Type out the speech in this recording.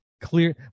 clear